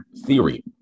theory